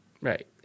right